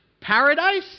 paradise